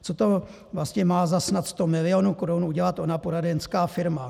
Co to vlastně má za snad 100 milionů korun udělat ona poradenská firma?